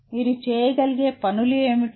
మీరు చేయగలిగే పనులు ఏమిటి